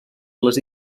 les